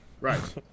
Right